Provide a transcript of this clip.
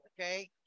okay